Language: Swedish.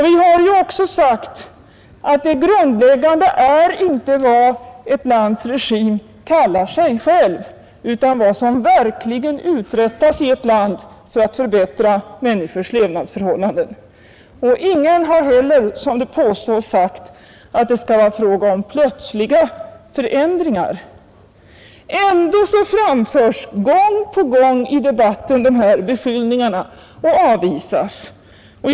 Vi har ju också sagt att det grundläggande är inte vad ett lands regim kallar sig, utan vad som verkligen uträttas i ett land för att förbättra människornas levnadsförhållanden. Ingen har heller, som det påståtts, sagt att det skulle vara fråga om plötsliga förändringar. Ändå framförs dessa beskyllningar gång på gång i debatten.